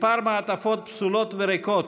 מספר מעטפות פסולות וריקות,